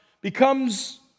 becomes